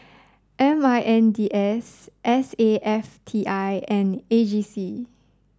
M I N D S S A F T I and A G C